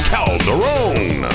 Calderon